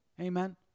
Amen